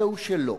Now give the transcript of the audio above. זהו, שלא.